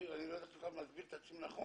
אני לא יודע אם אני מסביר את עצמי נכון,